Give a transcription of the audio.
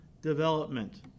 development